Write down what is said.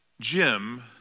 Jim